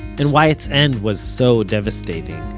and why its end was so devastating.